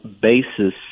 basis